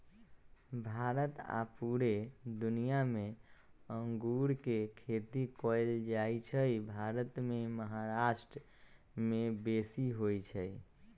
भारत आऽ पुरे दुनियाँ मे अङगुर के खेती कएल जाइ छइ भारत मे महाराष्ट्र में बेशी होई छै